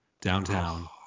downtown